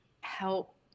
help